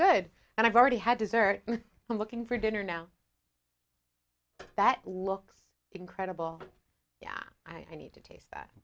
good and i've already had dessert i'm looking for dinner now that looks incredible i need to taste that